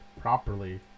properly